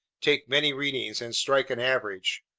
take many readings, and strike an average.